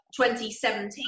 2017